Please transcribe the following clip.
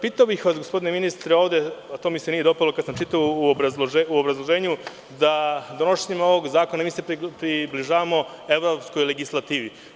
Pitao bih vas gospodine ministre, to mi se nije dopalo kada sam čitao u obrazloženju, da donošenjem ovog zakona mi se približavamo evropskoj legislativi.